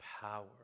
power